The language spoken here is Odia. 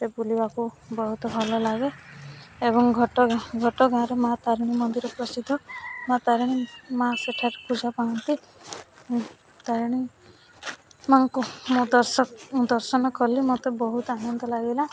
ରେ ବୁଲିବାକୁ ବହୁତ ଭଲ ଲାଗେ ଏବଂ ଘଟଗାଁ ଘଟଗାଁରେ ମାଁ ତାରିଣୀ ମନ୍ଦିର ପ୍ରସିଦ୍ଧ ମାଁ ତାରିଣୀ ମାଁ ସେଠାରେ ପୂଜା ପାଆନ୍ତି ତାରିଣୀ ମାଁଙ୍କୁ ମୁଁ ଦଶ ଦର୍ଶନ କଲେ ମତେ ବହୁତ ଆନନ୍ଦ ଲାଗିଲା